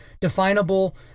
definable